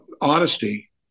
honesty